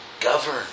govern